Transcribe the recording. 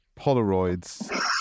Polaroids